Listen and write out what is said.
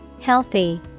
Healthy